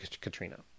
Katrina